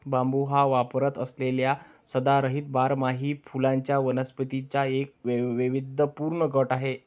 बांबू हा वापरात असलेल्या सदाहरित बारमाही फुलांच्या वनस्पतींचा एक वैविध्यपूर्ण गट आहे